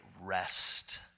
rest